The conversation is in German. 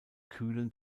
kühlen